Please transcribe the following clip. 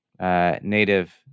Native